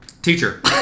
teacher